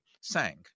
sang